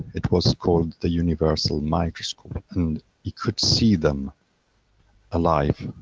it was called the universal microscope. and he could see them alive.